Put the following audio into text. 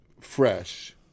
Fresh